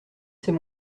c’est